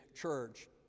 church